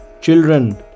children